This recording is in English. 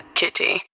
kitty